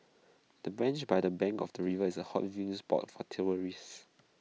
the bench by the bank of the river is A hot viewing spot for tourists